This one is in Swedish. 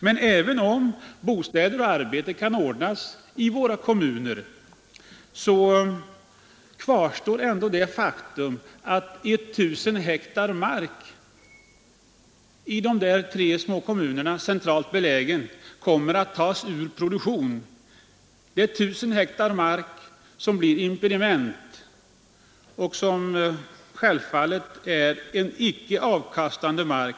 Men även om bostäder och arbete kan ordnas i våra kommuner kvarstår ändå det faktum att 1 000 hektar centralt belägen mark i de här tre små kommunerna kommer att tas ur produktion. Det är 1 000 hektar mark som blir impediment och som självfallet är icke avkastande mark.